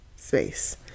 space